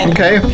Okay